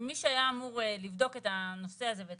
ומי שהיה אמור לבדוק את הנושא הזה ואת